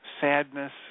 sadness